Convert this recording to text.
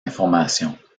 information